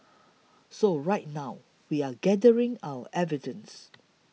so right now we're gathering our evidence